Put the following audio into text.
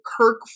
Kirk